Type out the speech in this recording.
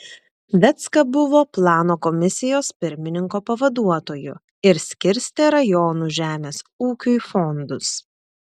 vecka buvo plano komisijos pirmininko pavaduotoju ir skirstė rajonų žemės ūkiui fondus